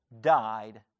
died